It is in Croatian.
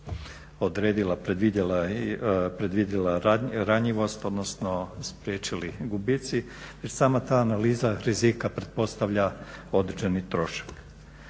odredila, predvidjela ranjivost odnosno spriječili gubitci već sama ta analiza rizika pretpostavlja određeni trošak.